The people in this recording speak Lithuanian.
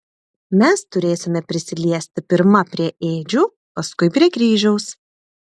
mes turėsime prisiliesti pirma prie ėdžių paskui prie kryžiaus